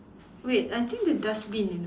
wait I think the dustbin you know